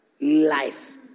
life